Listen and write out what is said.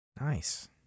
Nice